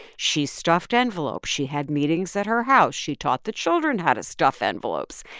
she stuffed envelopes. she had meetings at her house. she taught the children how to stuff envelopes.